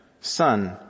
Son